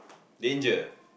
danger